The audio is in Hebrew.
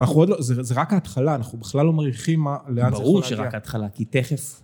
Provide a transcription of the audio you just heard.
אנחנו עוד לא, זה רק ההתחלה, אנחנו בכלל לא מריחים מה, לאן זה יכול להגיע. ברור שרק ההתחלה, כי תכף...